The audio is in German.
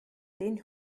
den